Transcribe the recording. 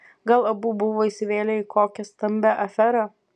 gal abu buvo įsivėlę į kokią stambią aferą